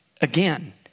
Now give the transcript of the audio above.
Again